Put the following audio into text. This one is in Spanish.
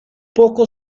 poco